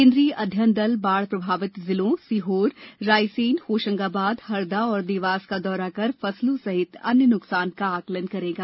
केंद्रीय अध्ययन दल बाढ़ प्रभावित जिलों सीहोर रायसेन होशंगाबाद हरदा और देवास का दौरा कर फसलों सहित अन्य न्कसान का आकलन करेगा